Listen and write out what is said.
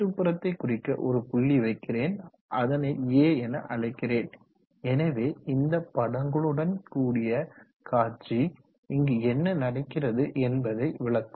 சுற்றுப்புறத்தை குறிக்க ஒரு புள்ளி வைக்கிறேன் அதனை A என அழைக்கிறேன் எனவே இந்த படங்களுடன் கூடிய காட்சி இங்கு என்ன நடக்கிறது என்பதை விளக்கும்